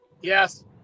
yes